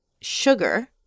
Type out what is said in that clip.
sugar